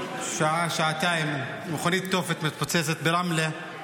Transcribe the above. שעה-שעתיים: מכונית תופת מתפוצצת ברמלה.